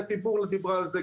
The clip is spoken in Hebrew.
אתי בורלא דיברה על זה,